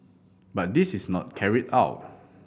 but this is not carried out